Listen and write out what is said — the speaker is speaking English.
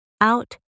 out